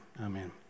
Amen